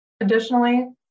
Additionally